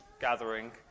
gathering